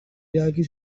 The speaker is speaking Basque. iradoki